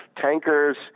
tankers